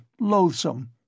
loathsome